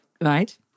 Right